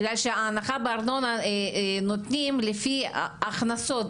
בגלל שההנחה בארנונה נותנים לפי הכנסות